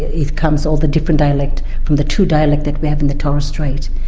it comes all the different dialects, from the two dialects that we have in the torres strait,